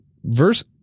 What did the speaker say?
Verse